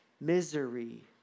misery